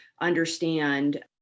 understand